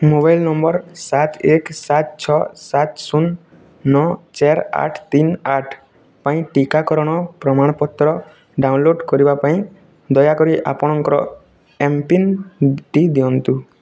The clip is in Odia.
ମୋବାଇଲ୍ ନମ୍ବର ସାତ ଏକ ସାତ ଛଅ ସାତ ଶୂନ ନଅ ଚାରି ଆଠ ତିନି ଆଠ ପାଇଁ ଟିକାକରଣର ପ୍ରମାଣପତ୍ର ଡାଉନଲୋଡ଼୍ କରିବା ପାଇଁ ଦୟାକରି ଆପଣଙ୍କର ଏମ୍ପିନ୍ଟି ଦିଅନ୍ତୁ